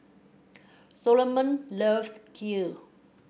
Solomon loves Kheer